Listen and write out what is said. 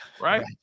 Right